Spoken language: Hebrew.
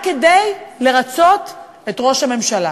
רק כדי לרצות את ראש הממשלה.